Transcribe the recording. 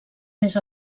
més